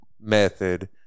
method